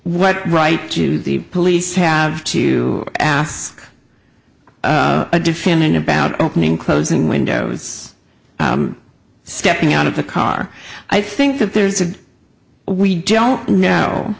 what right do the police have to ask a defendant about opening closing windows stepping out of the car i think that there's a we don't know